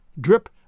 drip